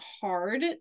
hard